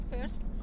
first